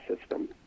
system